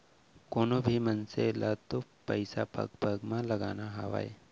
कोनों भी मनसे ल तो पइसा पग पग म लगाना हावय